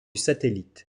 satellite